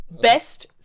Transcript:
Best